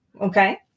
okay